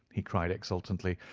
he cried, exultantly.